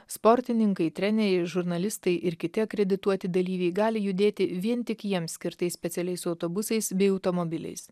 sportininkai treneriai žurnalistai ir kiti akredituoti dalyviai gali judėti vien tik jiems skirtais specialiais autobusais bei automobiliais